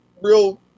real